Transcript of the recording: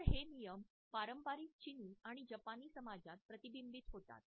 तर हे नियम पारंपारिक चिनी आणि जपानी समाजात प्रतिबिंबित होतात